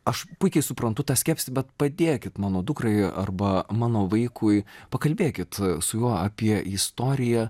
aš puikiai suprantu tą skepsį bet padėkit mano dukrai arba mano vaikui pakalbėkit su juo apie istoriją